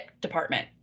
department